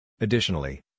Additionally